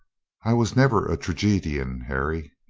i was never a tragedian, harry.